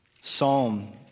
Psalm